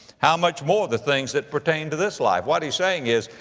how much more the things that pertain to this life. what he's saying is,